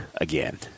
again